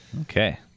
Okay